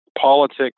Politics